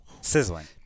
Sizzling